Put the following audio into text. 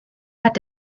hat